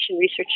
Research